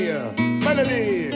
Melody